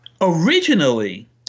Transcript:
Originally